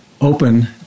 open